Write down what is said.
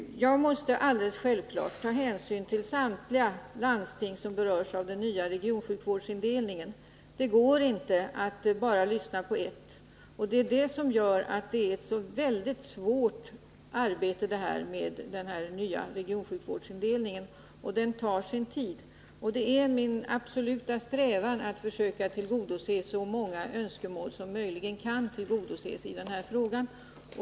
Jag måste alldeles självklart ta hänsyn till samtliga landsting som berörs av den nya regionsjukvårdsindelningen. Det går inte att bara lyssna på ett. Det är det som gör att det är ett mycket svårt arbete med den nya regionsjukvårdsindelningen, och den tar sin tid. Det är min absoluta strävan att försöka tillgodose så många önskemål som möjligen kan tillgodoses i denna fråga.